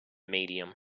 medium